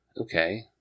Okay